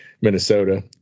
Minnesota